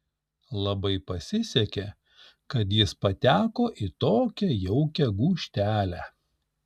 labai pasisekė kad jis pateko į tokią jaukią gūžtelę